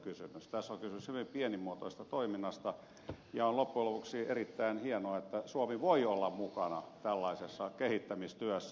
tässä on kysymys hyvin pienimuotoisesta toiminnasta ja on loppujen lopuksi erittäin hienoa että suomi voi olla mukana tällaisessa kehittämistyössä